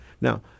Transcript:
Now